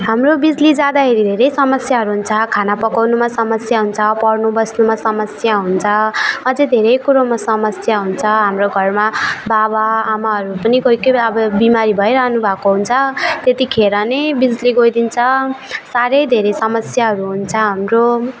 हाम्रो बिजुली जाँदाखेरि धेरै समस्याहरू हुन्छ खाना पकाउनुमा समस्या हुन्छ पढ्नु बस्नुमा समस्या हुन्छ अझै धेरै कुरोमा समस्या हुन्छ हाम्रो घरमा बाबाआमाहरू पनि कोही कोही बेला अब बिमारी भइरहनुभएको हुन्छ त्यतिखेर नै बिजुली गइदिन्छ साह्रै धेरै समस्याहरू हुन्छ हाम्रो